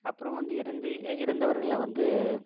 அப்புறம் வந்து இறந்து இறந்தவர்களை வந்து